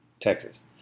texas